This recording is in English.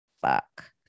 Fuck